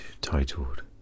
titled